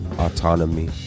Autonomy